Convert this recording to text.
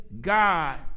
God